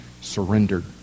surrendered